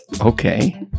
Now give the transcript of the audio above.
Okay